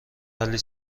ولی